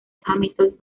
hamilton